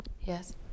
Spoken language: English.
Yes